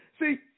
See